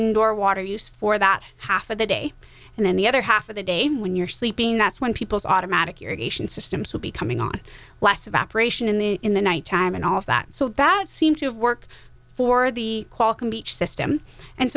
indoor water use for that half of the day and then the other half of the day when you're sleeping that's when people's automatic irrigation systems will be coming on less evaporation in the in the night time and all of that so that seems to work for the qualcomm beach system and